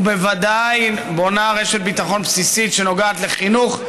ובוודאי בונה רשת ביטחון בסיסית שנוגעת לחינוך,